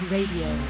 Radio